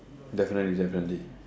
definitely definitely